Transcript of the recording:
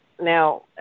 now